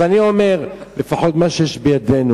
אז אני אומר, לפחות מה שיש בידנו,